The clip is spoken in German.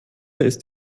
ist